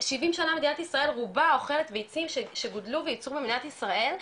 שבעים שנה מדינת ישראל רובה אוכלת ביצים שגודלו ויוצרו במדינת ישראל.